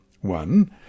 One